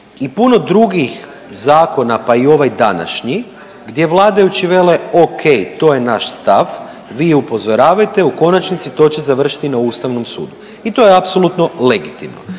i puno drugih zakona pa i ovaj današnji gdje vladajući vele OK to je naš stav, vi upozoravajte, u konačnici to će završiti na Ustavnom sudu i to je apsolutno legitimno.